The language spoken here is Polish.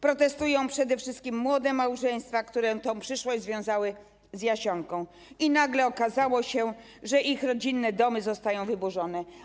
Protestują przede wszystkim młode małżeństwa, które swoją przyszłość związały z Jasionką, i nagle okazało się, że ich rodzinne domy zostają wyburzone.